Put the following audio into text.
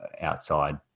outside